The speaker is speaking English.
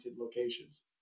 locations